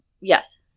yes